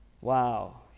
Wow